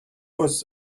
was